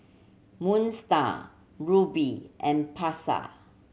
Moon Star Rubi and Pasar